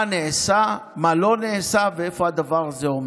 מה נעשה, מה לא נעשה ואיפה הדבר הזה עומד.